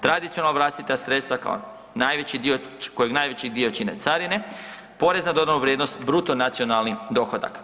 Tradicionalna vlastita sredstva kao najveći dio, kojeg najveći dio čine carine, porez na dodanu vrijednost, bruto nacionalni dohodak.